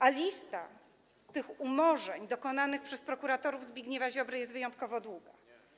A lista umorzeń dokonanych przez prokuratorów Zbigniewa Ziobry jest wyjątkowo długa.